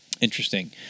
Interesting